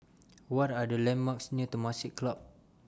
What Are The landmarks near Temasek Club